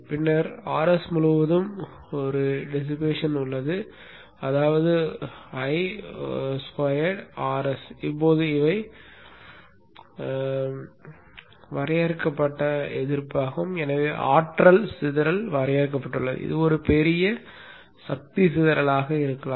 பின்னர் Rs முழுவதும் சிதறல் உள்ளது அதாவது I சதுர மடங்கு Rs இப்போது இவை வரையறுக்கப்பட்ட எதிர்ப்பாகும் எனவே ஆற்றல் சிதறல் வரையறுக்கப்பட்டுள்ளது இது ஒரு பெரிய சக்தி சிதறலாக இருக்கலாம்